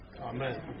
Amen